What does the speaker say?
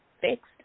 fixed